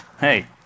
hey